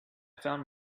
found